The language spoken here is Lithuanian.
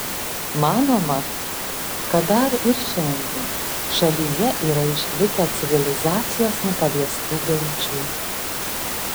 manoma kad dar ir šiandien šalyje yra išlikę civilizacijos nepaliestų genčių